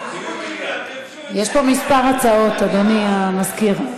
יש פה כמה הצעות, אדוני המזכיר.